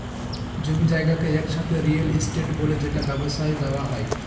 জমি জায়গাকে একসাথে রিয়েল এস্টেট বলে যেটা ব্যবসায় দেওয়া হয়